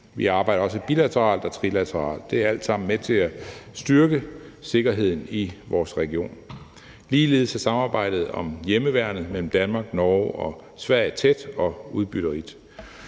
Vi arbejder også bilateralt og trilateralt. Det er alt sammen med til at styrke sikkerheden i vores region. Ligeledes er samarbejdet om hjemmeværnet mellem Danmark, Norge og Sverige tæt og udbytterigt.